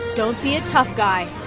don't be a tough guy.